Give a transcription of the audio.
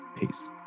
Peace